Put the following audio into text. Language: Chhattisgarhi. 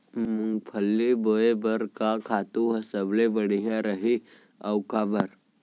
मूंगफली बोए बर का खातू ह सबले बढ़िया रही, अऊ काबर?